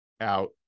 out